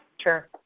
Sure